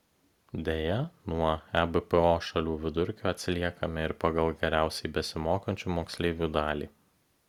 deja nuo ebpo šalių vidurkio atsiliekame ir pagal geriausiai besimokančių moksleivių dalį